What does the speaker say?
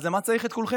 אז למה צריך את כולכם?